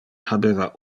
habeva